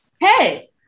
hey